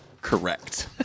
correct